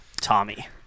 Tommy